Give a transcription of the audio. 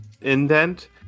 indent